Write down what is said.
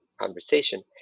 conversation